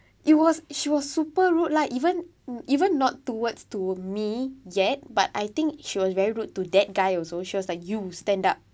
it was she was super rude like even mm even not towards to me yet but I think she was very rude to that guy also she was like you stand up